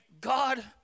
God